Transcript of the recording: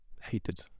hated